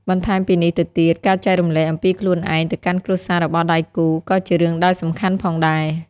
បន្ថែមពីនេះទៅទៀត ការចែករំលែកអំពីខ្លួនឯងទៅកាន់គ្រួសាររបស់ដៃគូរ ក៏ជារឿងដែលសំខាន់ផងដែរ។